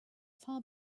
far